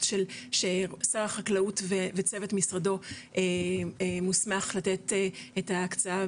ששר החקלאות וצוות משרדו מוסמך לתת את ההקצאה